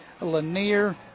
Lanier